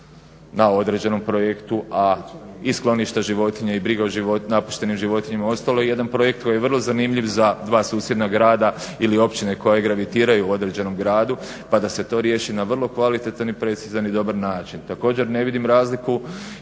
na određenom projektu, a i Sklonište životinja i briga o napuštenim životinjama, uostalom i jedan projekt koji je vrlo zanimljiv za dva susjedna grada ili općine koje gravitiraju određenom gradu pa da se to riješi na vrlo kvalitetan i precizan i dobar način. Također, ne vidim razliku